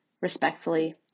Respectfully